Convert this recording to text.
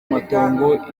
matongo